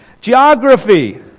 Geography